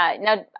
Now